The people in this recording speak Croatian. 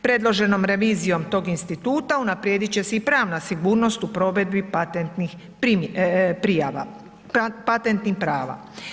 Predloženom revizijom tog instituta unaprijedit će se i pravna sigurnost u provedbi patentnih prijava, patentnih prava.